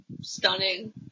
stunning